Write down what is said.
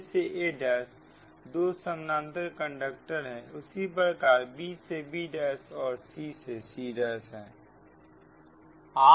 a तथा a' दो समानांतर कंडक्टर हैं उसी प्रकार b तथा b' और c तथा c'